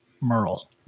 Merle